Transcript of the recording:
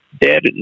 dead